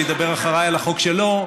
שידבר אחריי על החוק שלו,